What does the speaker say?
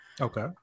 Okay